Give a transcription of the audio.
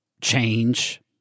change